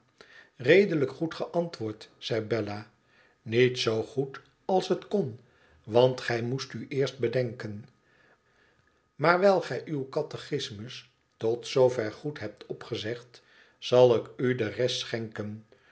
redelijk goed geantwoord zei bella niet zoo goed als het kon want gij moest u eerst bedenken maar wijl gij uw catechismus tot zoover goed hebt opgezegd zal ik u de rest schenken